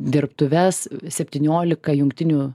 dirbtuves septyniolika jungtinių